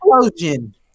explosion